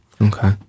Okay